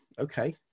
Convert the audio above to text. okay